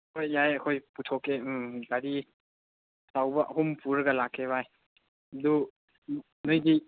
ꯍꯣꯏ ꯌꯥꯏ ꯑꯩꯈꯣꯏ ꯄꯨꯊꯣꯛꯀꯦ ꯎꯝ ꯒꯥꯔꯤ ꯑꯆꯧꯕ ꯑꯍꯨꯝ ꯄꯨꯔꯒ ꯂꯥꯛꯀꯦ ꯕꯥꯏ ꯑꯗꯨ ꯅꯣꯏꯗꯤ